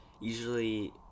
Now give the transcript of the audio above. usually